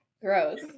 Gross